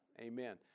Amen